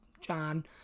John